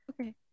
Okay